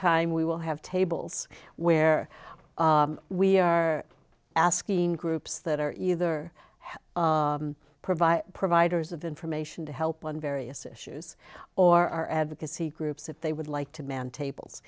time we will have tables where we are asking groups that are either provide providers of information to help on various issues or our advocacy groups if they would like to man tables